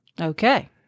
Okay